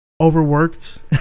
overworked